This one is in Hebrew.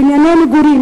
בנייני מגורים,